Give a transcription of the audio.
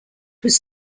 was